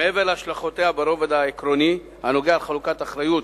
מעבר להשלכותיה ברובד העקרוני הנוגע לחלוקת אחריות